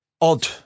odd